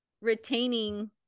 retaining